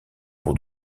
pour